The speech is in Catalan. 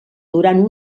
durant